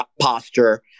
posture